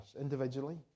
individually